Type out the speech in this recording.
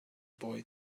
boy